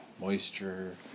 moisture